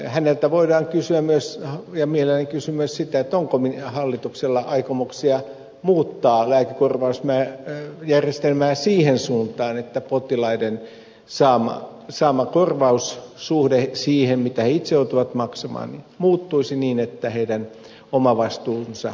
häneltä voidaan kysyä myös ja mielelläni kysyn onko hallituksella aikomuksia muuttaa lääkekorvausjärjestelmää siihen suuntaan että potilaiden saama korvaus suhteessa siihen mitä he itse joutuvat maksamaan muuttuisi niin että potilaiden omavastuu vähenee